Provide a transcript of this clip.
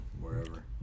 wherever